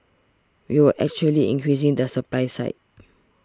we were actually increasing the supply side